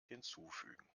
hinzufügen